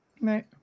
Right